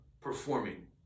performing